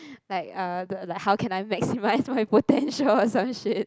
like uh the like how can I maximise my potential or some shit